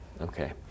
Okay